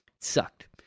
sucked